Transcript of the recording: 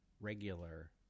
regular